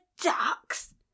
ducks